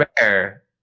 rare